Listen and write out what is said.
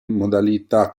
modalità